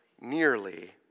nearly